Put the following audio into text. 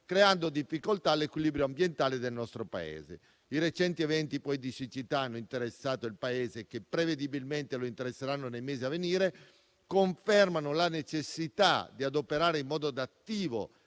creando difficoltà all'equilibrio ambientale del nostro Paese. I recenti eventi di siccità che hanno interessato il Paese e che prevedibilmente lo interesseranno nei mesi a venire confermano la necessità di operare in modo adattivo